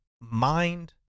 mind